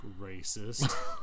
racist